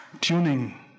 tuning